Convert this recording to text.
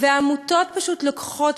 ועמותות פשוט לוקחות,